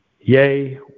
Yea